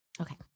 okay